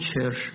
church